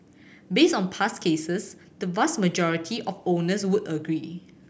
based on past cases the vast majority of owners would agree